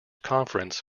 conference